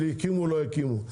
יקימו לא יקימו,